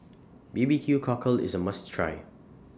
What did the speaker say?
B B Q Cockle IS A must Try